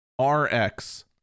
RX